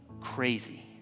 crazy